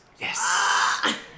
Yes